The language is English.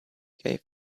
give